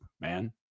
man